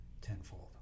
tenfold